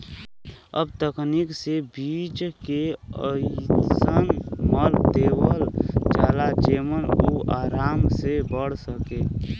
अब तकनीक से बीज के अइसन मल देवल जाला जेमन उ आराम से बढ़ सके